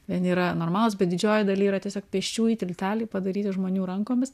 vieni yra normalūs bet didžiojoj daly yra tiesiog pėsčiųjų tilteliai padaryti žmonių rankomis